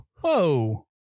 whoa